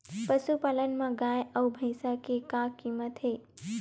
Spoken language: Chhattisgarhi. पशुपालन मा गाय अउ भंइसा के का कीमत हे?